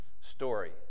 story